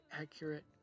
accurate